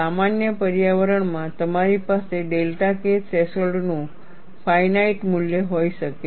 સામાન્ય પર્યાવરણ માં તમારી પાસે ડેલ્ટા K થ્રેશોલ્ડનું ફાઇનાઇટ મૂલ્ય હોઈ શકે છે